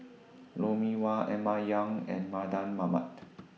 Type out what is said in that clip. Lou Mee Wah Emma Yong and Mardan Mamat